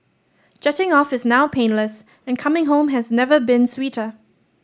jetting off is now painless and coming home has never been sweeter